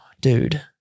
Dude